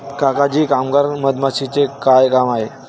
काका जी कामगार मधमाशीचे काय काम आहे